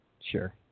sure